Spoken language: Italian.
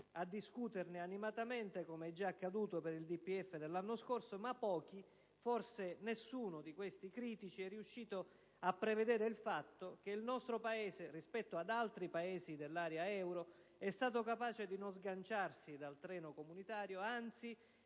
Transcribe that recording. a discuterne animatamente, come già accaduto per il DPEF dell'anno scorso, ma pochi, o forse nessuno, di tali critici sono riusciti a prevedere il fatto che il nostro Paese, rispetto ad altri dell'area euro, è stato capace di non sganciarsi dal treno comunitario; anzi,